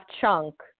chunk